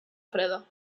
freda